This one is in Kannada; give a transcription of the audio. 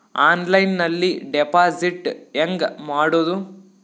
ಆನ್ಲೈನ್ನಲ್ಲಿ ಡೆಪಾಜಿಟ್ ಹೆಂಗ್ ಮಾಡುದು?